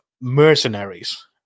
mercenaries